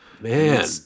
Man